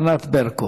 ענת ברקו.